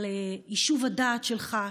אבל יישוב הדעת שלך,